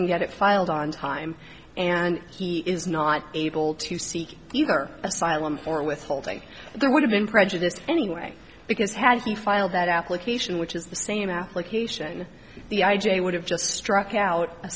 get it filed on time and he is not able to seek either asylum or withholding there would have been prejudiced anyway because had he filed that application which is the same application the i j a would have just struck out